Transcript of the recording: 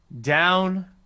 down